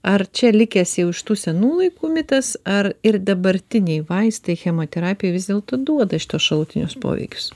ar čia likęs jau iš tų senų laikų mitas ar ir dabartiniai vaistai chemoterapija vis dėlto duoda šituos šalutinius poveikius